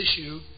issue